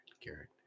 Garrett